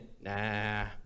nah